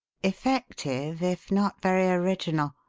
effective if not very original,